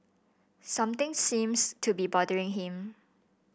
something seems to be bothering him